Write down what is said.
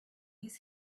his